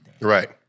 Right